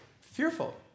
fearful